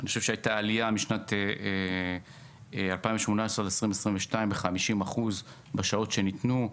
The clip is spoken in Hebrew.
הייתה עלייה משנת 2018 עד 2022 ב-50% מבחינת השעות שניתנו.